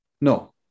no